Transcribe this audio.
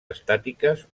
estàtiques